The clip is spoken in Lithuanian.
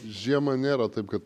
žiemą nėra taip kad